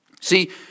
See